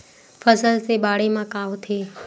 फसल से बाढ़े म का होथे?